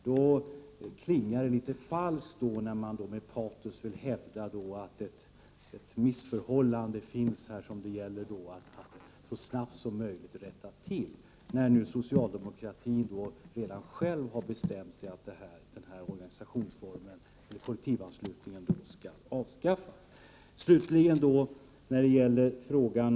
Det klingar litet falskt att med patos hävda att ett missförhållande finns som det gäller att så snabbt som möjligt rätta till, när socialdemokratin redan har bestämt att organisationsformen med kollektivanslutning skall avskaffas.